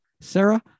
Sarah